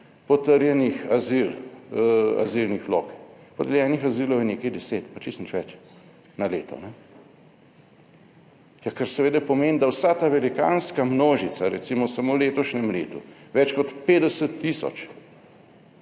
potrjenih azil, azilnih vlog,. Podeljenih azilov je nekaj deset pa čisto nič več na leto. Ja, kar seveda pomeni, da vsa ta velikanska množica, recimo samo v letošnjem letu več kot 50 tisoč